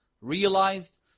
realized